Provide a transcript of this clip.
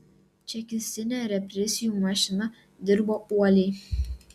čekistinė represijų mašina dirbo uoliai